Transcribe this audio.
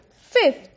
Fifth